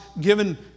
given